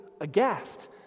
aghast